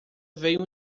veio